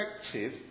effective